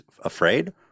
afraid